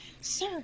sir